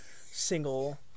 single